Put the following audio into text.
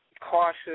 cautious